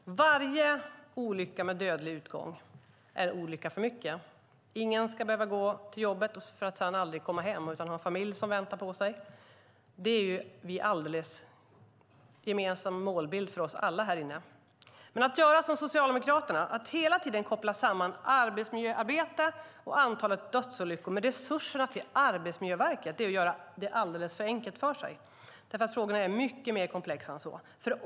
Herr talman! Varje olycka med dödlig utgång är en olycka för mycket. Ingen ska behöva gå till jobbet för att sedan aldrig komma hem till en familj som väntar. Det är en gemensam målbild för oss alla här inne i kammaren. Men Socialdemokraterna gör det alldeles för enkelt för sig när de hela tiden kopplar samman arbetsmiljöarbete och antalet dödsolyckor med resurserna till Arbetsmiljöverket. Frågorna är mycket mer komplexa.